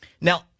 Now